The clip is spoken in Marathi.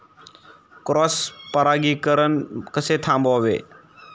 क्रॉस परागीकरण कसे थांबवावे?